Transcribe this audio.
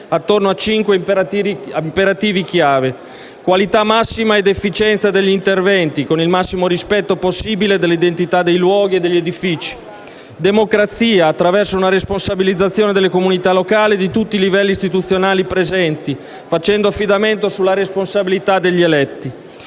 attorno a cinque imperativi chiave: qualità massima ed efficienza degli interventi, con il massimo rispetto possibile dell'identità dei luoghi e degli edifici; democrazia, attraverso una responsabilizzazione delle comunità locali e di tutti i livelli istituzionali presenti, facendo affidamento sulla responsabilità degli eletti;